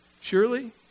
Surely